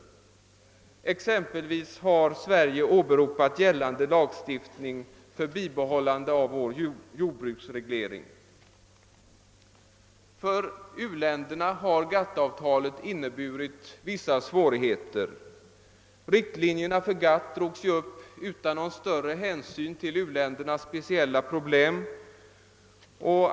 Sålunda har exempelvis Sverige åberopat gällande lagstiftning för ett bibehållande av vår jordbruksreglering. För u-länderna har GATT-avtalet inneburit vissa svårigheter. Riktlinjerna för GATT drogs upp utan något större hänsynstagande till u-ländernas speciella problem.